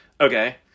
Okay